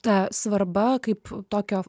ta svarba kaip tokio